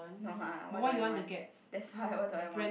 no lah what do I want that's why what do I want